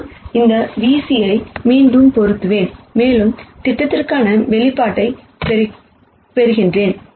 எனவே நான் இந்த v c ஐ மீண்டும் பொறுத்துவேன் மேலும் ப்ரொஜெக்ஷன் எக்ஸ்பிரஷன் பெறுகிறேன்